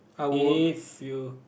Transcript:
if you